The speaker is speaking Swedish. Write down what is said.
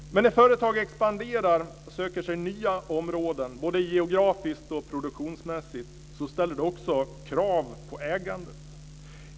Men när företag expanderar och söker sig nya områden, både geografiskt och produktionsmässigt, ställer det också krav på ägandet.